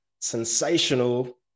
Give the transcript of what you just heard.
sensational